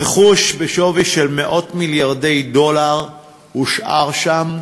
רכוש בשווי של מאות מיליארדי דולר הושאר שם,